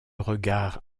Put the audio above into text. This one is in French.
regard